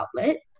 outlet